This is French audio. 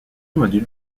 module